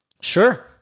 Sure